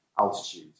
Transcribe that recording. altitude